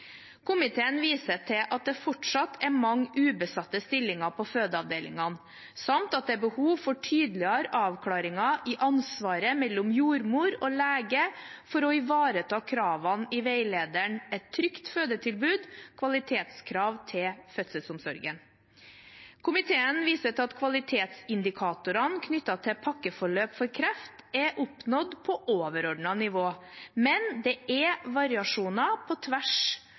Komiteen viser til at det fortsatt er mange ubesatte stillinger på fødeavdelingene, samt at det er behov for tydeligere avklaringer i ansvaret mellom jordmor og lege for å ivareta kravene i veilederen «Et trygt fødetilbud. Kvalitetskrav til fødselsomsorgen». Komiteen viser til at kvalitetsindikatorene knyttet til pakkeforløp for kreft er oppnådd på overordnet nivå, men det er variasjoner på tvers